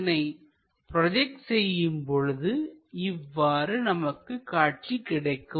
இதனை ப்ரோஜெக்ட் செய்யும் பொழுது இவ்வாறு நமக்கு காட்சி கிடைக்கும்